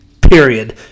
period